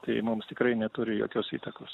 tai mums tikrai neturi jokios įtakos